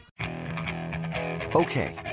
Okay